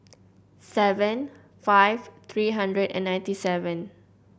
seven five three hundred and ninety seven